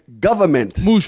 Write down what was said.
Government